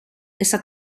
esa